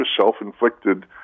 self-inflicted